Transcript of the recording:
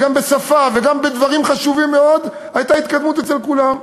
גם בשפה וגם בדברים חשובים מאוד הייתה התקדמות אצל כולם,